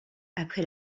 après